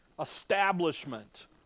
establishment